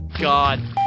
god